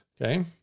Okay